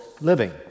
living